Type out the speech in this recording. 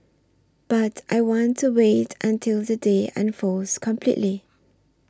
but I want to wait until the day unfolds completely